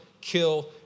kill